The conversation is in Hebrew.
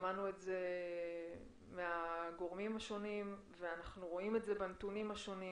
שמענו את זה מהגורמים השונים ואנחנו רואים את זה בנתונים השונים.